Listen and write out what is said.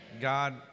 God